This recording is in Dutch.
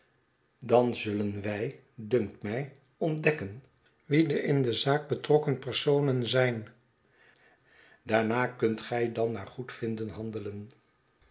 dan zullen wij dunkt mij ontdekken wie de in de zaak betrokken personen zijn daarna kunt gij dan naar goedvinden handelen